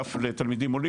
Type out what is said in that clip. מאגף לתלמידים עולים,